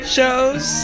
Shows